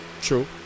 True